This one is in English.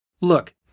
Look